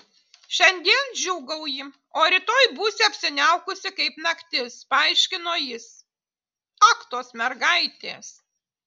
šiandien džiūgauji o rytoj būsi apsiniaukusi kaip naktis paaiškino jis ak tos mergaitės